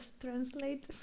translate